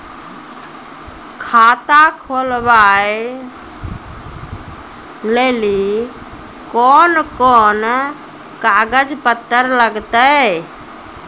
खाता खोलबाबय लेली कोंन कोंन कागज पत्तर लगतै?